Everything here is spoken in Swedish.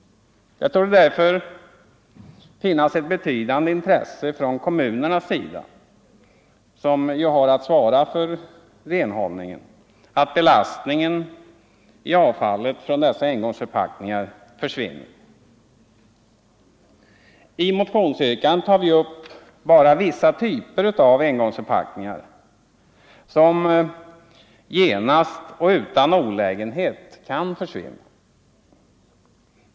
Det torde därför finnas ett betydande intresse från kommunernas sida, vilka ju har att svara för renhållningen, att belastningen i avfallet från dessa engångsförpackningar försvinner. I motionsyrkandet tar vi upp bara vissa typer av engångsförpackningar som genast och utan olägenhet kan försvinna.